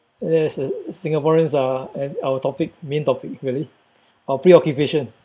that is the singaporeans uh and our topic main topic really our preoccupation